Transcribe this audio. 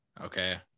okay